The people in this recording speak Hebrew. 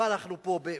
מה אנחנו פה?